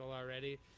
already